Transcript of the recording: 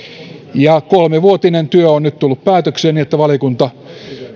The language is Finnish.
ja kolmevuotinen työ on nyt tullut päätökseen niin että valiokunta